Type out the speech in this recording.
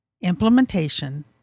implementation